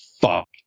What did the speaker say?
fuck